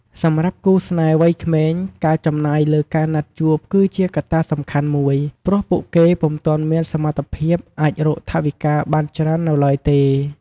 សម្រាប់គូស្នេហ៍វ័យក្មេង ការចំណាយលើការណាត់ជួបគឺជាកត្តាសំខាន់មួយ ព្រោះពួកគេពុំទាន់មានសមត្ថភាពអាចរកថវិកាបានច្រើននៅឡើយទេ។